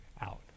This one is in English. out